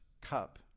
cup